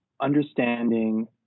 understanding